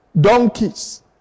Donkeys